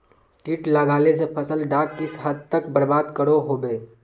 किट लगाले से फसल डाक किस हद तक बर्बाद करो होबे?